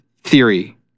theory